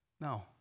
No